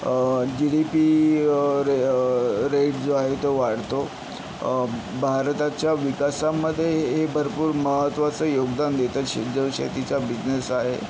जी D P rate जो आहे तो वाढतो भारताच्या विकासामध्ये हे हे भरपूर महत्त्वाचं योगदान देतात शेत शेतीचा बिझनेस आहे